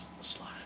Slide